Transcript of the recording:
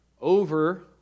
over